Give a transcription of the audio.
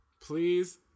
please